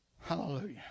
Hallelujah